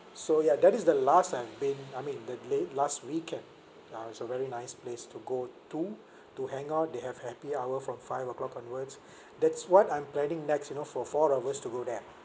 so ya that is the last I've been I mean the la~ last weekend ah it's a very nice place to go to to hang out they have happy hour from five O'clock onwards that's what I'm planning next you know for four of us to go there